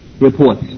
reports